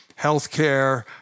healthcare